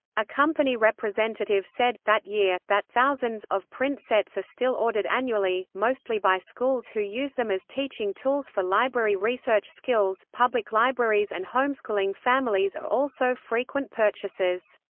a company representative said, that year, that thousands of print sets are still ordered annually, mostly by schools who use them as teaching tools for library research skills public libraries and homeschooling families are also frequent purchasers.